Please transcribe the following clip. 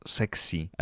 sexy